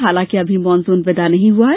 हालांकि अभी मानसून विदा नहीं हुआ है